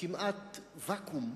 כמעט ואקום,